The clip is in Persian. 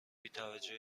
بیتوجهی